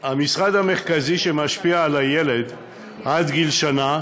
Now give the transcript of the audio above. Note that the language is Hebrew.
המשרד המרכזי שמשפיע על הילד עד גיל שנה,